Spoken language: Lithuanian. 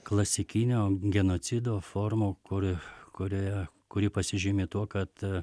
klasikinio genocido formų kur kurioje kuri pasižymi tuo kad